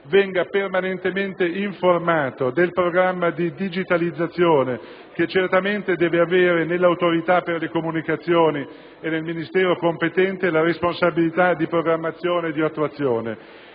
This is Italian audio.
venga permanentemente informato del programma di digitalizzazione che certamente deve avere nell'Autorità per le garanzie nelle comunicazioni e nel Ministero competente la responsabilità di programmazione e di attuazione.